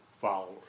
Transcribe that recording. followers